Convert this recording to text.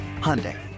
Hyundai